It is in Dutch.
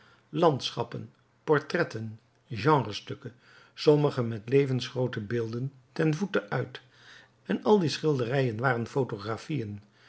landschappen portretten genrestukken sommige met levensgroote beelden ten voete uit en al die schilderijen waren